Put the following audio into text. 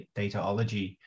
dataology